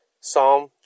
Psalm